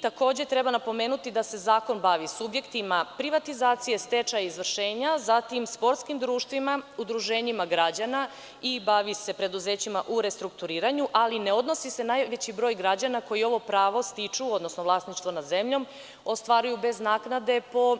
Takođe treba napomenuti da se Zakon bavi subjektima privatizacije, stečaja i izvršenja, zatim sportskim društvima, udruženjima građana i bavi se preduzećima u restrukturiranju ali ne odnosi se najveći broj građana koji ovo pravo stiču, odnosno vlasništvo nad zemljom ostvaruju bez naknade po